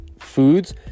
foods